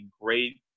great